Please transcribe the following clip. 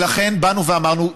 ולכן באנו ואמרנו,